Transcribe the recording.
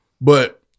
But-